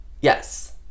Yes